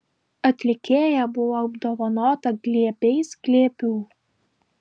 atlikėja buvo apdovanota glėbiais glėbių